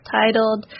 titled